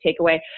takeaway